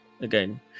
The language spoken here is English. again